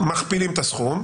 מכפילים את הסכום.